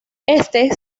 este